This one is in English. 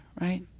right